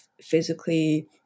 physically